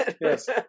Yes